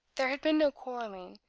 there had been no quarreling,